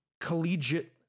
collegiate